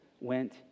went